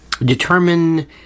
determine